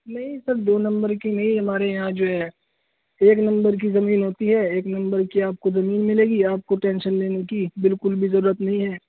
نہیں سر دو نمبر کی نہیں ہمارے یہاں جو ہے ایک نمبر کی زمین ہوتی ہے ایک نمبر کی آپ کو زمین ملے گی آپ کو ٹینشن لینے کی بالکل بھی ضرورت نہیں ہے